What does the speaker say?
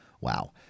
Wow